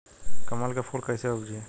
कमल के फूल कईसे उपजी?